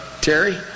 Terry